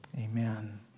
amen